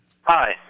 Hi